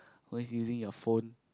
when is using your phone